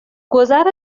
گذر